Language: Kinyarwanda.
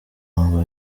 ngo